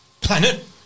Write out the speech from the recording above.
Planet